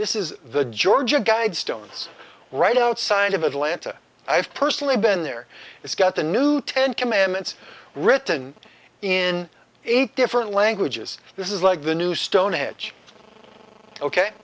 this is the georgia guidestones right outside of atlanta i've personally been there it's got the new ten commandments written in eight different languages this is like the new stone